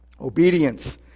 Obedience